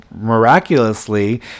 miraculously